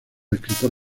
escritor